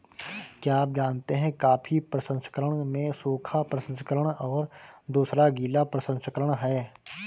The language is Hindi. क्या आप जानते है कॉफ़ी प्रसंस्करण में सूखा प्रसंस्करण और दूसरा गीला प्रसंस्करण है?